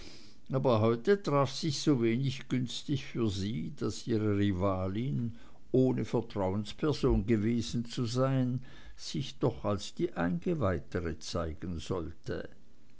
aber heute traf sich's so wenig günstig für sie daß ihre rivalin ohne vertrauensperson gewesen zu sein sich doch als die eingeweihtere zeigen sollte